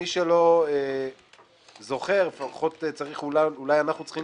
מי שלא זוכר, אולי אנחנו צריכים